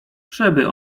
żeby